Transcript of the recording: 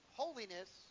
holiness